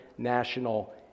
national